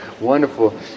Wonderful